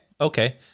okay